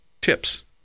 TIPs